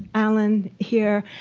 alan here.